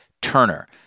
Turner